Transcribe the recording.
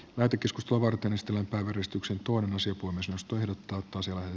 mäkikeskus tuo varten estellen pääväristyksen tuon ensi vuonna suostui erottaa tosiaan